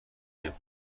باشه